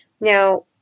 Now